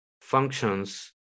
functions